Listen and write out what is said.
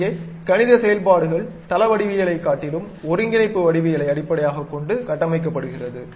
இங்கே கணித செயல்பாடுகள் தள வடிவவியலைக் காட்டிலும் ஒருங்கிணைப்பு வடிவவியலை அடிப்படையாகக் கொண்டு கட்டமைக்கப்பதுகிறது